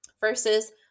versus